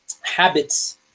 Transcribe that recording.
habits